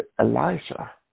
Elijah